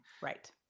Right